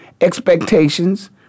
Expectations